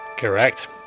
Correct